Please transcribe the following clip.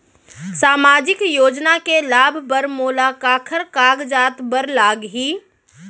सामाजिक योजना के लाभ बर मोला काखर कागजात बर लागही?